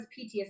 PTSD